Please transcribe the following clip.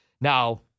Now